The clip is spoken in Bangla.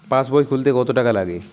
পাশবই খুলতে কতো টাকা লাগে?